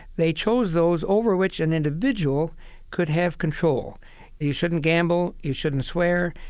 they chose those over which an individual could have control you shouldn't gamble. you shouldn't swear.